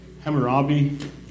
Hammurabi